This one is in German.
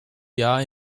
jahr